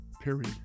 Period